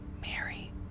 mary